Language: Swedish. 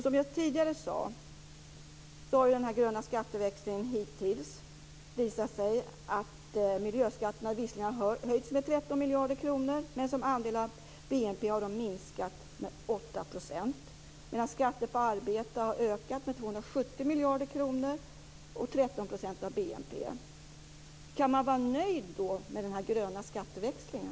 Som jag tidigare sagt har den gröna skatteväxlingen hittills lett till att miljöskatterna visserligen har höjts med 13 miljarder kronor men som andel av BNP har minskat med 8 %. Samtidigt har skatter på arbete ökat med 270 miljarder kronor och 13 % av BNP. Kan man då vara nöjd med den gröna skatteväxlingen?